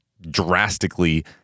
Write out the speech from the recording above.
drastically